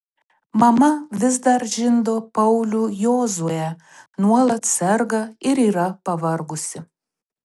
mama vis dar žindo paulių jozuę nuolat serga ir yra pavargusi